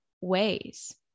ways